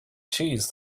cheese